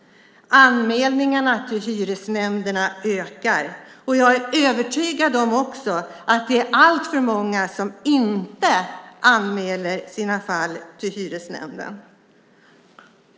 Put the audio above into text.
Anmälningarna till hyresnämnderna ökar, och jag är övertygad att det är alltför många som inte anmäler sina fall till hyresnämnden.